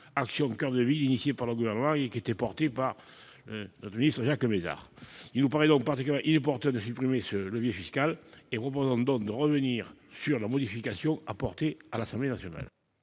», qui a été initié par le Gouvernement et qui était porté par le ministre Jacques Mézard, il nous paraît particulièrement inopportun de supprimer ce levier fiscal. Nous proposons donc de revenir sur la mesure adoptée par l'Assemblée nationale.